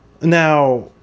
Now